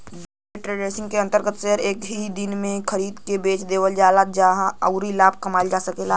day trading के अंतर्गत share एक ही दिन में खरीद के बेच देवल जाला आउर लाभ कमायल जाला